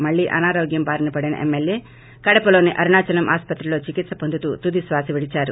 మల్లీ అనారోగ్యం బారినొపడిన ఎమ్మెల్యే కడపలోని అరుణాచలం ఆస్పత్రిలో చికిత్స హోందుతూ తుదిశ్వాస విడిదారు